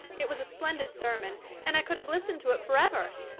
it was a splendid sermon and i could have listened to it forever,